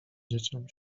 dzieciom